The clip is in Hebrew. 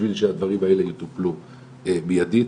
בשביל שהדברים האלה יטופלו מיידית.